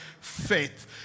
faith